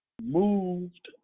moved